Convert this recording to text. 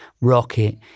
rocket